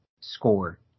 score